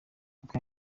uko